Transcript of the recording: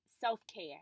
self-care